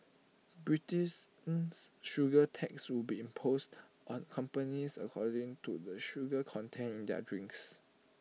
sugar tax would be imposed on companies according to the sugar content in their drinks